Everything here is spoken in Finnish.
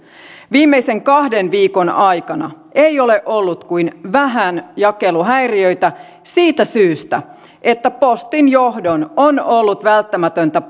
viimeisen kahden viikon aikana ei ole ollut kuin vähän jakeluhäiriöitä siitä syystä että postin johdon on ollut välttämätöntä